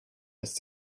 lässt